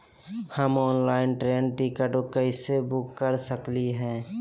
हम online train ticket कैसे book कर सकली हई?